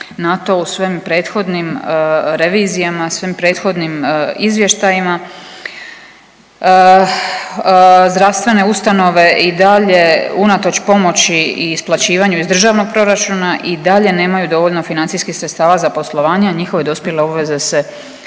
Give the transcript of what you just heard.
na to u svim prethodnim revizijama, svim prethodnim izvještajima. Zdravstvene ustanove i dalje unatoč pomoći i isplaćivanju iz državnog proračuna i dalje nemaju dovoljno financijskih sredstava za poslovanje. Njihove dospjele obveze ne